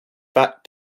fat